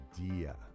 idea